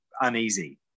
uneasy